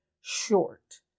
short